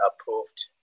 approved